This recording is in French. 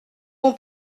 bon